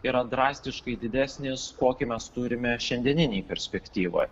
yra drastiškai didesnis kokį mes turime šiandieninėj perspektyvoj